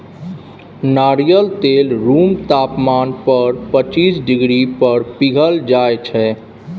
नारियल तेल रुम तापमान पर पचीस डिग्री पर पघिल जाइ छै